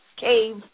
cave